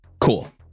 cool